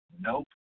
Nope